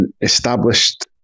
established